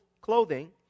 clothing